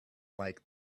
like